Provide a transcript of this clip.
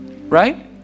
Right